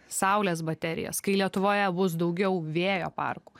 saulės baterijas kai lietuvoje bus daugiau vėjo parkų